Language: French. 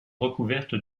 recouverte